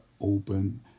open